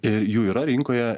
ir jų yra rinkoje